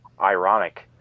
ironic